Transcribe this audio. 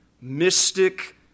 mystic